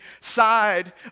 side